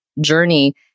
journey